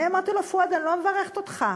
אני אמרתי לו: פואד, אני לא מברכת אותך,